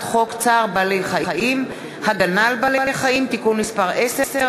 חוק צער בעלי-חיים (הגנה על בעלי-חיים) (תיקון מס' 10),